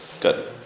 Good